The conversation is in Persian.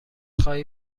خواهی